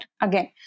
again